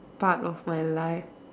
part of my life